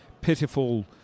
pitiful